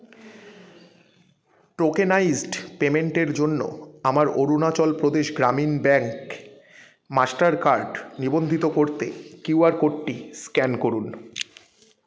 tokenised পেমেন্টের জন্য আমার Arunachal Pradesh Gramin bank master card নিবন্ধিত করতে কিউ আর কোডটি স্ক্যান করুন